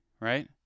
right